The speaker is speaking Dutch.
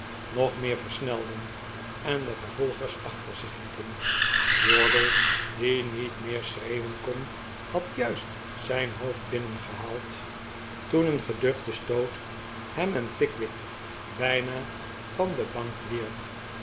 nog meer versnelden en de vervolgers achter zich lieten wardle die niet meer schreeuwen kon had juist zijn hoofd binnengehaald toen een geduchte stoot hem en pickwick bijna van de bank wierp